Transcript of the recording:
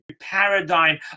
paradigm